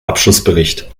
abschlussbericht